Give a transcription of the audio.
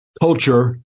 culture